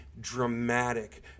dramatic